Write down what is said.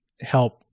help